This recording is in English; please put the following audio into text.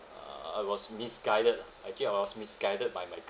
uh I was misguided actually I was misguided by my